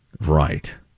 Right